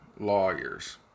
lawyers